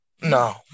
No